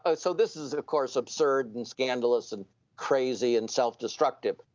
ah so this is of course absurd, and scandalous, and crazy, and self-destructive.